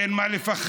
אין מה לפחד.